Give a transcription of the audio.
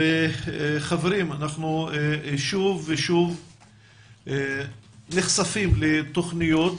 חברים, אנחנו שוב ושוב נחשפים לתוכניות